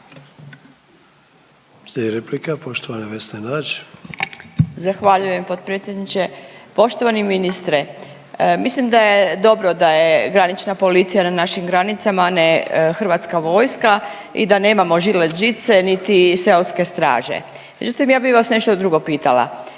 Zahvaljujem potpredsjedniče. Poštovani ministre mislim da je dobro da je granična policija na našim granicama, a ne Hrvatska vojska i da nemamo žilet žice niti seoske straže. Međutim, ja bih vas nešto drugo pitala.